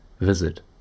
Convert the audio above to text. visit